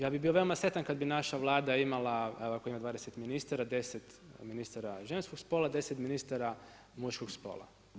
Ja bi bio veoma sretan kad bi naša Vlada imala, evo ovako ima 20 ministara, 10 ministara ženskog spola, 10 ministara muškog spola.